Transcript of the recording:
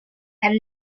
and